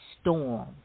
storm